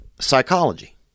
psychology